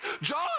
John